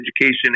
education